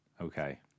okay